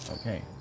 okay